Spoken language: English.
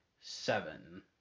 seven